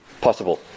possible